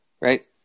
right